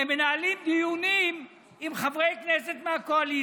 הם מנהלים דיונים עם חברי כנסת מהקואליציה.